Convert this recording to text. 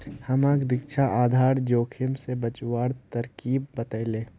हमाक दीक्षा आधार जोखिम स बचवार तरकीब बतइ ले